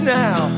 now